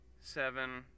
Seven